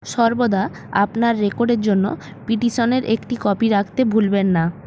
সর্বদা আপনার রেকর্ডের জন্য পিটিশনের একটি কপি রাখতে ভুলবেন না